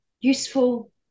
useful